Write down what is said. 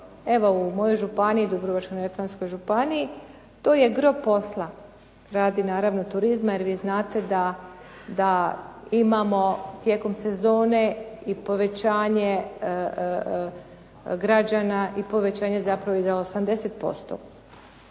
Evo u mojoj županiji Dubrovačko-neretvanskoj županiji to je gro posla, radi naravno turizma, jer vi znate da imamo tijekom sezone i povećanje građana i povećanje zapravo za 80%.